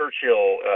Churchill